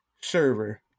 server